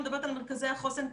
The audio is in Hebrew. אני מדברת על מרכזי החוסן כתפיסה.